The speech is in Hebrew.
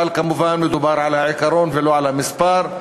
אבל כמובן מדובר על העיקרון ולא על המספר.